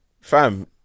Fam